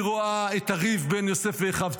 והיא רואה את הריב בין יוסף ואחיו,